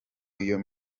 iyo